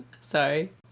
Sorry